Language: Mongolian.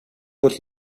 бол